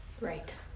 Right